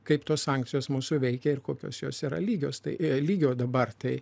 kaip tos sankcijos mūsų veikia ir kokios jos yra lygios tai lygio dabar tai